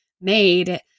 made